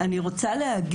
קודם כל,